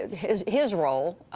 his his role,